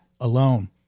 alone